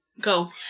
Go